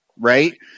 right